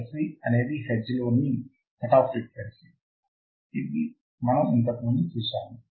Fc అనేది హెర్ట్జ్లోని cutoff frequency మనం ఇంతకు ముందు కూడా చూశాము